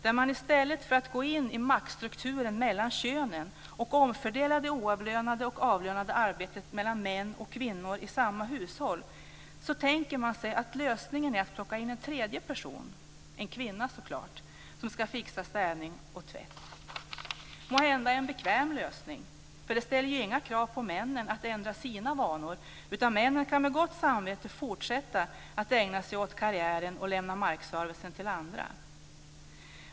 I stället för att gå in i maktstrukturen mellan könen och omfördela det oavlönade och avlönade arbetet mellan män och kvinnor i samma hushåll tänker man sig att lösningen är att plocka in en tredje person - en kvinna så klart - som ska fixa städning och tvätt. Det är måhända en bekväm lösning. Det ställer ju inga krav på att männen ska ändra sina vanor. Männen kan med gott samvete fortsätta att ägna sig åt karriären och lämna markservicen till andra.